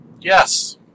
Yes